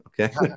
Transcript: Okay